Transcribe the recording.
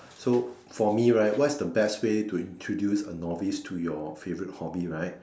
so for me right what is the best way to introduce a novice to your favourite hobby right